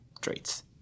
traits